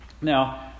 Now